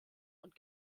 und